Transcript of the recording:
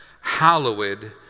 hallowed